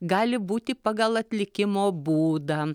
gali būti pagal atlikimo būdą